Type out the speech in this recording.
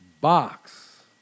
Box